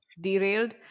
derailed